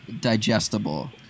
digestible